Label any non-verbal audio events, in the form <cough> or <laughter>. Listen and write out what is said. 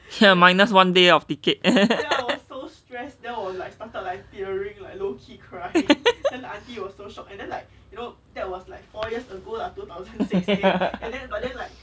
<noise> minus one day of ticket <laughs>